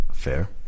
fair